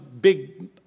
big